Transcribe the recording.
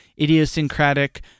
idiosyncratic